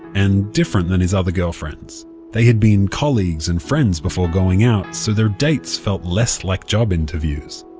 and different than his other girlfriends they had been colleagues and friends before going out, so their dates felt less like job interviews.